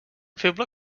feble